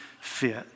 fit